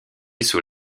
sous